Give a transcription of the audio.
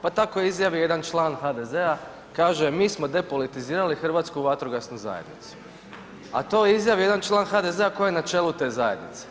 Pa tako izjavi jedan član HDZ-a kaže: „Mi smo depolitizirali Hrvatsku vatrogasnu zajednicu.“ a to izjavi jedan član HDZ-a koji je na čelu te zajednice.